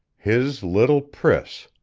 his little priss,